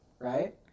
right